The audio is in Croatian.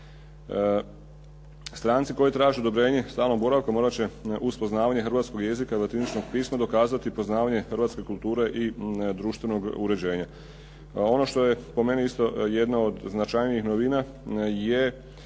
Stranci koji traže odobrenje stalnog boravka morat će uz poznavanje hrvatskog jezika i latiničnog pisma dokazati poznavanje hrvatske kulture i društvenog uređenja. Ono što je po meni isto jedna od značajnijih novina je